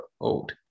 old